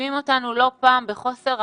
מאשימים אותנו לא פעם בחוסר אחריות,